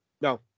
no